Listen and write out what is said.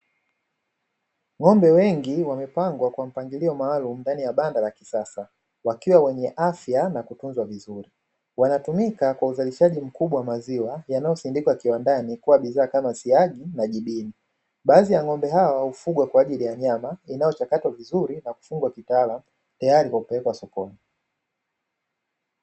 Ng'ombe wengi wamepangwa kwa mpangilio maalum ndani ya banda la kisasa wakiwa wenye afya na kutunzwa vizuri. Wanatumika kwa uzalishaji mkubwa wa maziwa yanayosindikwa kiwandani kuwa bidhaa kama siagi na jibini, baadhi ya ng'ombe hawa hufugwa kwa ajili ya nyama inayochakatwa vizuri na kufugwa kiutaalam tayari kwa kupelekwa sokoni.